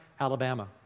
Alabama